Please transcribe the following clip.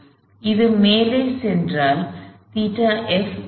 எனவே இது மேலே சென்றால் ϴf π